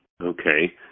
Okay